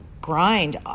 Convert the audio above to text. grind